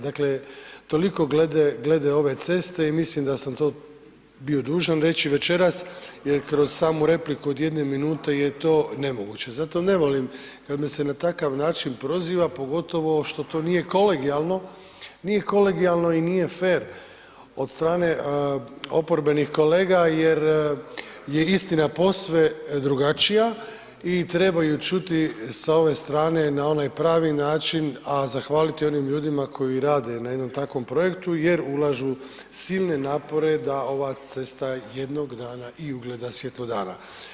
Dakle, toliko glede ove ceste i mislim da sam to bio dužan reći večeras jer skroz ramu repliku od jedne minute je to nemoguće zato ne volim da me se na takav način proziva pogotovo što to nije kolegijalno, nije kolegijalno i nije fer od strane oporbenih kolega jer je istina posve drugačija i treba ju čuti sa ove strane na onaj pravi način a zahvaliti onim ljudima koji rade na jednom takvom projektu jer ulažu silne napore da ova cesta jednog dana i ugleda svjetlo dana.